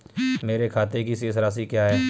मेरे खाते की शेष राशि क्या है?